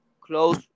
close